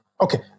Okay